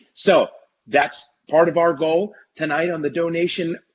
so that's part of our goal tonight on the donation,